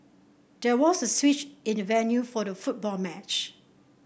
there was a switch in the venue for the football match